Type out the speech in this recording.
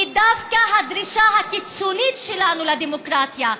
דווקא הדרישה הקיצונית שלנו לדמוקרטיה.